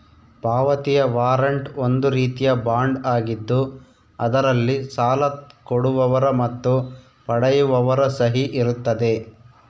ಪಾವತಿಯ ವಾರಂಟ್ ಒಂದು ರೀತಿಯ ಬಾಂಡ್ ಆಗಿದ್ದು ಅದರಲ್ಲಿ ಸಾಲ ಕೊಡುವವರ ಮತ್ತು ಪಡೆಯುವವರ ಸಹಿ ಇರುತ್ತದೆ